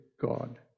god